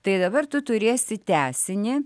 tai dabar tu turėsi tęsinį